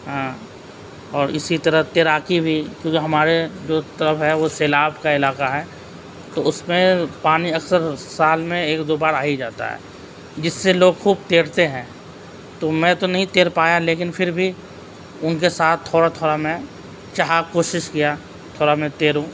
ہاں اور اسی طرح تیراکی بھی کیونکہ ہمارے جو طرف ہے وہ سیلاب کا علاقہ ہے تو اس میں پانی اکثر سال میں ایک دو بار آ ہی جاتا ہے جس سے لوگ خوب تیرتے ہیں تو میں تو نہیں تیر پایا لیکن پھر بھی ان کے ساتھ تھوڑا تھوڑا میں چاہا کوشش کیا تھوڑا میں تیروں